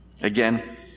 Again